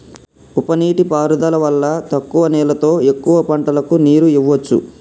ఉప నీటి పారుదల వల్ల తక్కువ నీళ్లతో ఎక్కువ పంటలకు నీరు ఇవ్వొచ్చు